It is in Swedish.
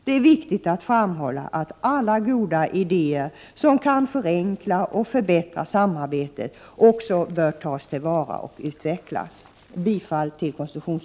Det är viktigt att framhålla att alla goda idéer som kan förenkla och förbättra samarbetet också bör tas till vara och utvecklas.